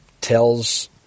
tells